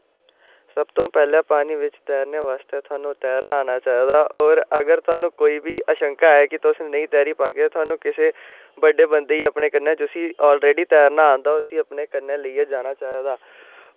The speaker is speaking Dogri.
सब तो पैह्लें पानी बिच तैरने बास्तै सानूं तैरना आना चाहिदा होर अगर सानूं कोई बी अशंका ऐ कि तुस नेईं तैरी पाह्गे थाह्नूं किसे बड्डे बंदे गी अपने कन्नै जिसी ऑलरेडी तैरना आंदा ऐ उसी अपने कन्नै लेइयै जाना चाहिदा